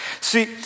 See